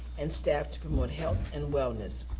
and staff to promote health and wellness.